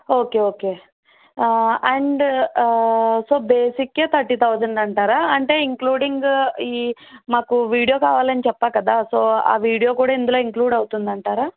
okay okay and so basic thirty thousand అంటారా అంటే including ఈ మాకు వీడియో కావాలని చెప్పా కదా సో ఆ వీడియో కూడా ఇందులో ఇన్క్లూడ్ అవుతుంది అంటారా